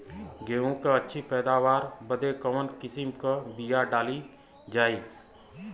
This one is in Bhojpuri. गेहूँ क अच्छी पैदावार बदे कवन किसीम क बिया डाली जाये?